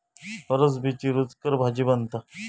फरसबीची रूचकर भाजी बनता